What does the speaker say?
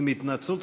עם התנצלות,